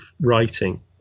writing